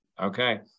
Okay